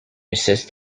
assist